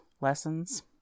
lessons